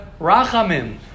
rachamim